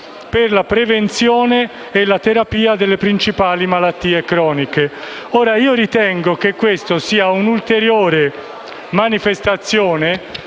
per la prevenzione e la terapia delle principali malattie croniche. Ritengo che questa sia un'ulteriore manifestazione